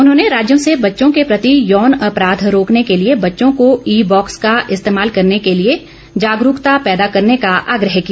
उन्होंने राज्यों से बच्चों के प्रति यौन अपराध रोकने के लिए बच्चों को ई बॉक्स का इस्तेमाल करने के लिए जागरूकता पैदा करने का आग्रह किया